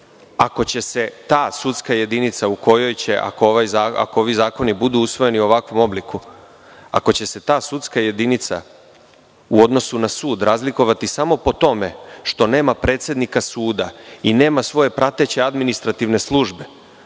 će se ta sudska jedinica, u kojoj će ako ovi zakoni budu usvojeni u ovakvom obliku, ako će se ta sudska jedinica u odnosu na sud razlikovati samo po tome što nema predsednika suda i nema svoje prateće administrativne službe,